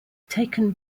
taken